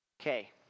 Okay